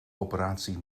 operatie